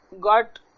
got